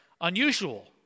unusual